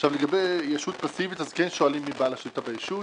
לגבי ישות פסיבית אז כן שואלים מי בעל השליטה בישות